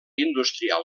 industrial